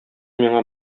миңа